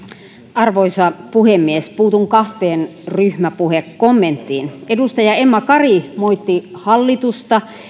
arvoisa puhemies puutun kahteen ryhmäpuhekommenttiin edustaja emma kari moitti hallitusta siitä